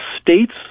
States